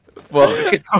Fuck